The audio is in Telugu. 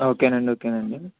ఓకే అండి ఓకే అండి